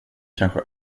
kanske